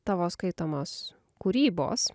tavo skaitomos kūrybos